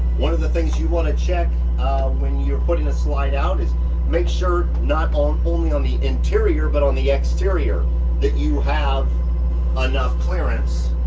one of the things you wanna check when you're putting a slide out is make sure not on only on the interior, but on the exterior that you have enough clearance